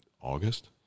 August